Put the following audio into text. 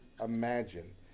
imagine